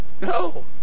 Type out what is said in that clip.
No